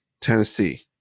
Tennessee